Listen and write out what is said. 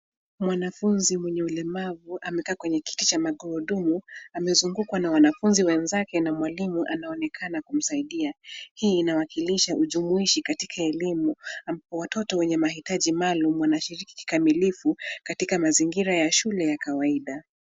Mwanafunzi mwenye ulemavu amekaa kwenye kiti cha magurudumu ,amezungukwa na wanafunzi wenzake na mwalimu anaonekana kumsaidia. Hii inawakilishaa ujumuishi katika elimu. Watoto wenye mahitaji maalum wanashiriki kikamilifu katika mazingira ya shule ya kawaida.